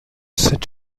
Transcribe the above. sept